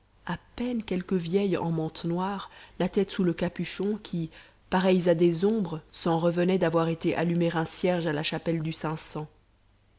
passants à peine quelques vieilles en mante noire la tête sous le capuchon qui pareilles à des ombres s'en revenaient d'avoir été allumer un cierge à la chapelle du